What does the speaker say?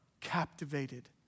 captivated